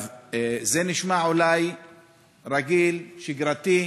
זה נשמע אולי רגיל, שגרתי,